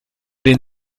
den